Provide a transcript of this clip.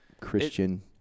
Christian